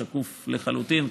הוא שקוף לחלוטין,